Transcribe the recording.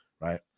right